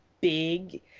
big